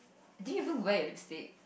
did you even wear your lipstick